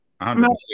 160